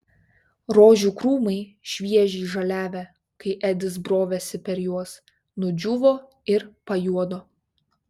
rožių krūmai šviežiai žaliavę kai edis brovėsi per juos nudžiūvo ir pajuodo